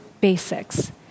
basics